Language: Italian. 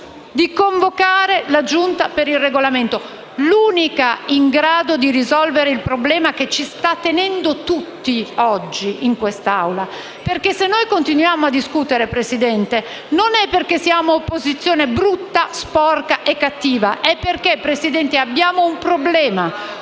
di convocare la Giunta per il Regolamento, l'unica in grado di risolvere il problema che ci sta tenendo tutti oggi in quest'Aula? Se noi continuiamo a discutere, signor Presidente, non è perché siamo opposizione brutta, sporca e cattiva, ma perché abbiamo un problema,